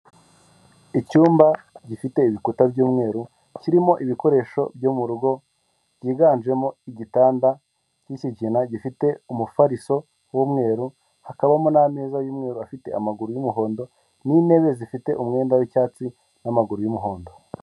Icyumba gifite ibikuta by'umweru, kirimo ibikoresho byo mu rugo byiganjemo igitanda cy'ikigina gifite umufariso w'umweru, hakabamo n'ameza y'umweru afite amaguru y'umuhondo n'intebe zifite umwenda w'icyatsi n'amaguru y'umuhondo.